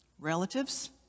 relatives